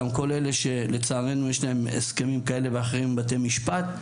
גם כל אלה שלצערנו יש להם הסכמים כאלה ואחרים עם בתי משפט.